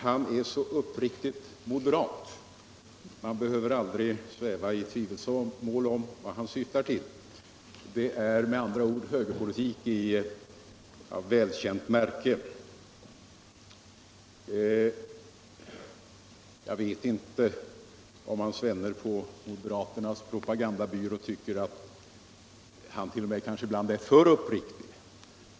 Han är så uppriktigt moderat, och man 10 november 1976 behöver aldrig sväva 1i tvivelsmål om vad han syftar tilll Det är med andra ord högerpolitik av välkänt märke han förespråkar. Kanske tycker — Vissa tandvårdsfråhans vänner på moderaternas propagandabyrå att han ibland t.o.m. är — gor för uppriktig.